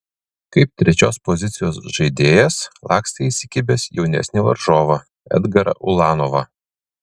kaip trečios pozicijos žaidėjas lakstė įsikibęs jaunesnį varžovą edgarą ulanovą